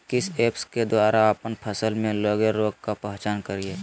किस ऐप्स के द्वारा अप्पन फसल में लगे रोग का पहचान करिय?